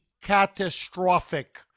catastrophic